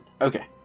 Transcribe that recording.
Okay